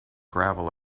gravel